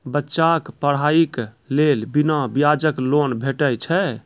बच्चाक पढ़ाईक लेल बिना ब्याजक लोन भेटै छै?